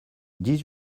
dix